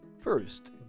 First